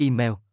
Email